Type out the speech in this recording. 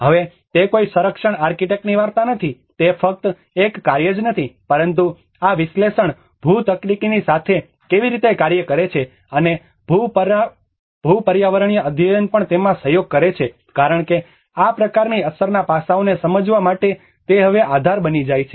હવે તે કોઈ સંરક્ષણ આર્કિટેક્ટની વાર્તા નથી તે ફક્ત એક કાર્ય જ નથી પરંતુ આ વિશ્લેષણ ભૂ તકનીકી સાથે કેવી રીતે કાર્ય કરે છે અને ભૂ પર્યાવરણીય અધ્યયન પણ તેમાં સહયોગ કરે છે કારણ કે આ પ્રકારની અસરના પાસાઓને સમજવા માટે તે હવે આધાર બની જાય છે